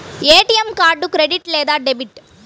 ATM card credit లేదా debit?